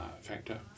factor